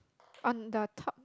on the top